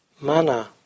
Mana